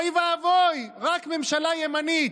אוי ואבוי, רק ממשלה ימנית.